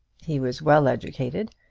he was well educated,